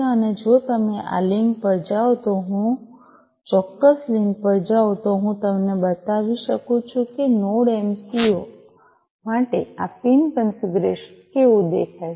અને જો તમે આ લિંક પર જાઓ તો જો હું આ ચોક્કસ લિંક પર જાઉં તો હું તમને બતાવી શકું છું કે નોડ એમસિયું માટે આ પિન કન્ફિગરેશન કેવું દેખાય છે